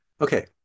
okay